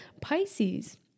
Pisces